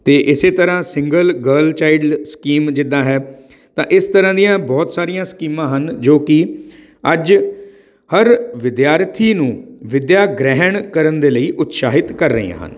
ਅਤੇ ਇਸ ਤਰ੍ਹਾਂ ਸਿੰਗਲ ਗਰਲ ਚਾਇਲਡ ਸਕੀਮ ਜਿੱਦਾਂ ਹੈ ਤਾਂ ਇਸ ਤਰ੍ਹਾਂ ਦੀਆਂ ਬਹੁਤ ਸਾਰੀਆਂ ਸਕੀਮਾਂ ਹਨ ਜੋ ਕਿ ਅੱਜ ਹਰ ਵਿਦਿਆਰਥੀ ਨੂੰ ਵਿੱਦਿਆ ਗ੍ਰਹਿਣ ਕਰਨ ਦੇ ਲਈ ਉਤਸ਼ਾਹਿਤ ਕਰ ਰਹੀਆਂ ਹਨ